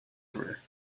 career